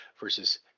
versus